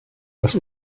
das